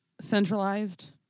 centralized